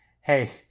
Hey